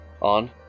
On